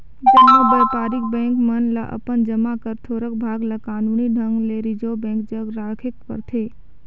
जम्मो बयपारिक बेंक मन ल अपन जमा कर थोरोक भाग ल कानूनी ढंग ले रिजर्व बेंक जग राखेक परथे